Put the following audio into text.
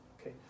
Okay